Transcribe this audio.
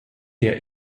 der